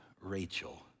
Rachel